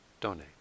donate